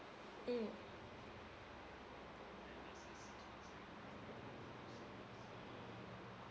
mm